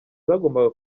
zagombaga